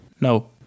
No